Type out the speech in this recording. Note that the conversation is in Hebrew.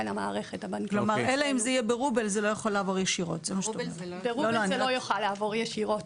למערכת הבנקאית --- כלומר ברובל זה לא יכול לעבור ישירות?